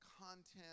content